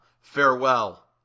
farewell